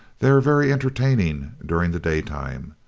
they are very entertaining during the daytime.